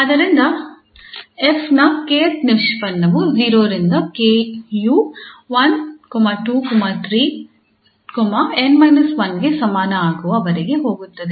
ಆದ್ದರಿಂದ 𝑓 ನ 𝑘th ನಿಷ್ಪನ್ನವು 0 ರಿಂದ 𝑘 ಯು 1 2 3 𝑛 − 1 ಗೆ ಸಮಾನ ಆಗುವ ವರೆಗೆ ಹೋಗುತ್ತದೆ